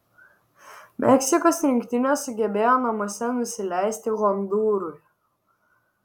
meksikos rinktinė sugebėjo namuose nusileisti hondūrui